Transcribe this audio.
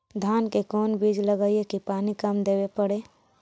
धान के कोन बिज लगईऐ कि पानी कम देवे पड़े?